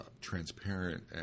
transparent